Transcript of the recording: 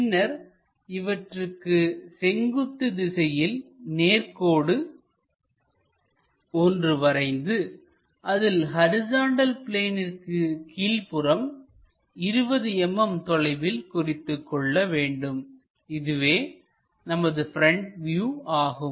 பின்னர் இவற்றுக்கு செங்குத்து திசையில் நேர்கோடு ஒன்று வரைந்து அதில் ஹரிசாண்டல் பிளேனிற்கு கீழ்ப்புறம் 20 mm தொலைவில் குறித்துக்கொள்ள வேண்டும் இதுவே நமது ப்ரெண்ட் வியூ ஆகும்